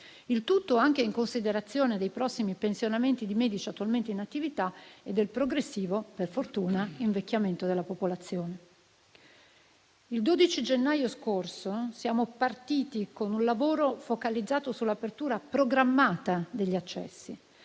il tutto anche in considerazione dei prossimi pensionamenti di medici attualmente in attività e del progressivo - per fortuna - invecchiamento della popolazione. Il 12 gennaio scorso siamo partiti con un lavoro focalizzato sulla apertura programmata degli accessi;